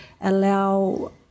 allow